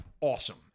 awesome